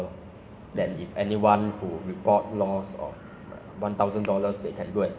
when you know that's that one thousand dollars it didn't belongs to you [what] it belongs to some other body else